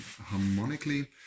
harmonically